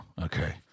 Okay